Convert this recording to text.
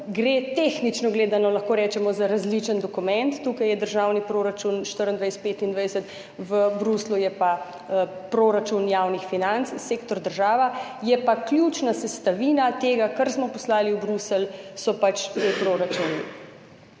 gre tehnično gledano, lahko rečemo, za različen dokument. Tukaj je državni proračun 2024–2025, v Bruslju je pa proračun javnih financ, sektor država, so pa ključna sestavina tega, kar smo poslali v Bruselj, ti proračuni.